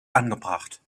angebracht